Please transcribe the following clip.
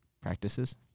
practices